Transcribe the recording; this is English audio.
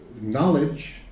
knowledge